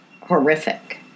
horrific